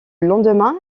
lendemain